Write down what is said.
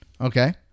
okay